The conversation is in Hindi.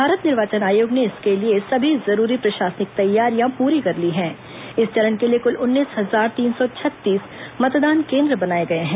भारत निर्वाचन आयोग ने इसके लिए सभी जरूरी प्रशासनिक तैयारियां पूरी कर ली में इस चरण के लिए कुल उन्नीस हजार तीन सौ छत्तीस मतदान केन्द्र बनाए गए हैं